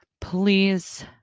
please